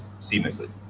seamlessly